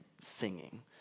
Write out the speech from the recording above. singing